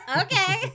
okay